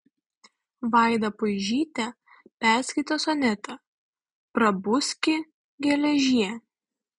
vaida puižytė perskaitė sonetą prabuski geležie